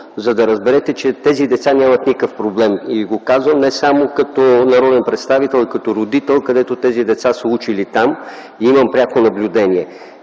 за да разберете, че тези деца нямат никакъв проблем. И го казвам не само като народен представител, а и като родител, чиито деца са учили там и имам пряко наблюдение.